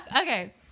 Okay